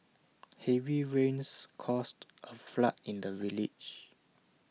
heavy rains caused A flood in the village